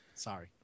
sorry